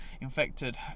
infected